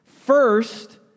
First